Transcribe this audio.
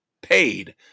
paid